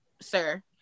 sir